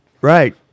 Right